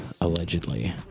Allegedly